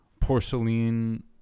Porcelain